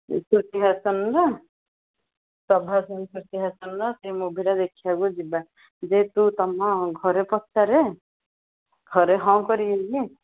ଶ୍ରୁତି ହାସନର ପ୍ରଭାସ ଆଉ ଶ୍ରୁତି ହାସନର ସେଇ ମୁଭିଟା ଦେଖିବାକୁ ଯିବା ଯେ ତୁ ତୁମ ଘରେ ପଚାରେ ଘରେ ହଁ କରିବେ ଯେ